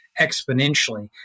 exponentially